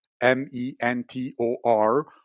M-E-N-T-O-R